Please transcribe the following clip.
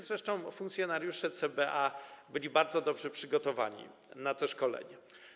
Zresztą funkcjonariusze CBA byli bardzo dobrze przygotowani na to szkolenie.